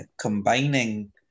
combining